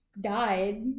died